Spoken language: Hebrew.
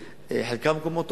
חלקם מקומות טובים,